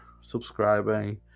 subscribing